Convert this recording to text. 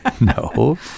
No